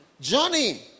Johnny